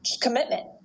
commitment